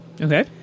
Okay